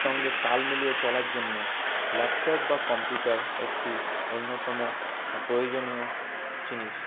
সঙ্গে তাল মিলিয়ে চলার জন্য ল্যাপটপ বা কম্পিউটার একটি অন্যতম প্রয়োজনীয় জিনিস